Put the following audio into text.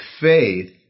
faith